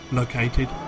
located